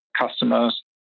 customers